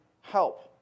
help